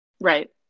Right